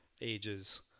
ages